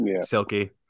Silky